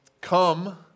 Come